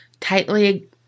tightly